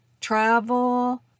travel